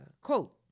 quote